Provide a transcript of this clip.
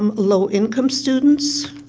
um low income students,